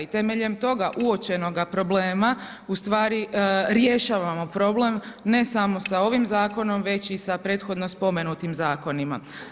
I temeljem toga uočenoga problema u stvari rješavamo problem ne samo sa ovim Zakonom, već i sa prethodno spomenutim Zakonima.